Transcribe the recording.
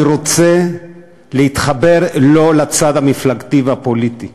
אני רוצה להתחבר לא לצד המפלגתי והפוליטי,